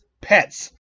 pets